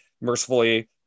mercifully